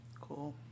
cool